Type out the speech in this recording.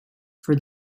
for